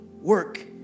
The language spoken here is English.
work